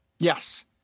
Yes